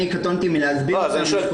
אני קטונתי מלהסביר --- אז אני שואל,